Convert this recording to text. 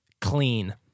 Clean